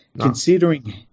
considering